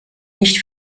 nicht